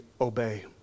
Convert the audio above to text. obey